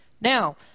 Now